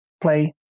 play